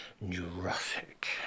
neurotic